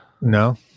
no